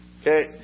okay